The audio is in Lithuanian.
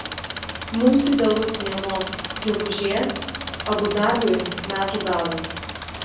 mums idealus mėnuo gegužė abu dabiui metų galas